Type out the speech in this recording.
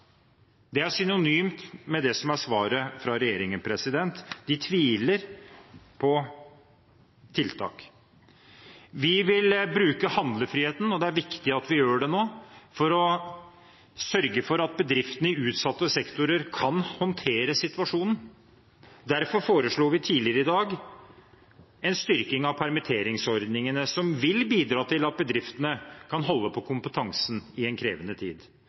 Det er synonymt med det som er svaret fra regjeringen: De tviler på tiltak. Vi vil bruke handlefriheten, og det er viktig at vi gjør det nå, for å sørge for at bedriftene i utsatte sektorer kan håndtere situasjonen. Derfor foreslo vi tidligere i dag en styrking av permitteringsordningene, som vil bidra til at bedriftene kan holde på kompetansen i en krevende tid.